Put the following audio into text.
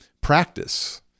practice